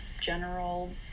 general